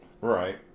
Right